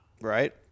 Right